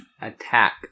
attack